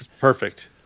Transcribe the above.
Perfect